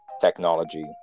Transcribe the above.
technology